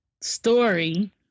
story